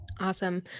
Awesome